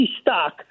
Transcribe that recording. stock